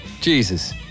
Jesus